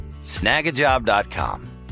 Snagajob.com